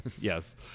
Yes